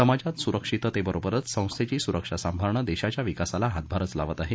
समाजात सुरक्षिततेबरोबरच संस्थेची सुरक्षा सांभाळण देशाच्या विकासाला हातभारच लावत आहे